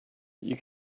you